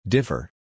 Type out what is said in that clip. Differ